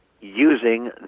using